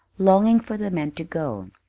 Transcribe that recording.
longing for the man to go.